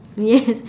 yes